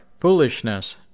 foolishness